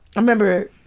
i remember,